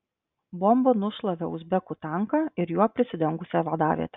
bomba nušlavė uzbekų tanką ir juo prisidengusią vadavietę